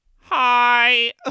Hi